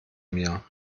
mir